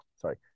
sorry